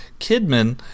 Kidman